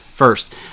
First